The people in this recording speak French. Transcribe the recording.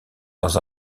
dans